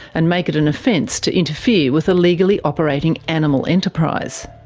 and make it an offence to interfere with a legally operating animal enterprise.